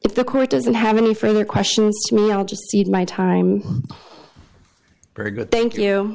if the court doesn't have any further questions i'll just see my time very good thank you